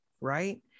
Right